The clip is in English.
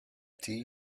tea